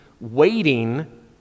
waiting